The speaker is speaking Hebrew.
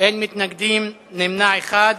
אין מתנגדים ויש נמנע אחד.